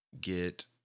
get